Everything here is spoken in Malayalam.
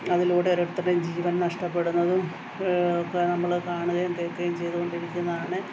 അതിലൂടെ ഓരോരുത്തരുടെയും ജീവൻ നഷ്ടപ്പെടുന്നതും ഇപ്പോൾ നമ്മൾ കാണുകയും കേൾക്കുകയും ചെയ്തുകൊണ്ടിരിക്കുന്നതാണ്